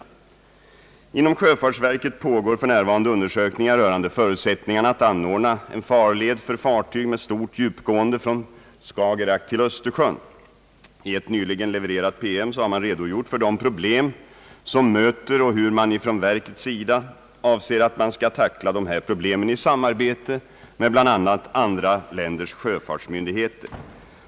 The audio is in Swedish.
Inom sjöfartsverket pågår för närvarande undersökningar rörande förut sättningarna att anordna en farled för mycket djupgående fartyg från Skagerack till Östersjön. I en nyligen levererad promemoria har man redogjort för de problem som möter och för hur sjöfartsverket avser att tackla dessa problem i samarbete med andra länders sjöfartsmyndigheter.